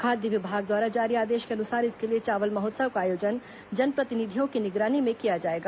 खाद्य विभाग द्वारा जारी आदेश के अनुसार इसके लिए चावल महोत्सव का आयोजन जनप्रतिनिधियों की निगरानी में किया जाएगा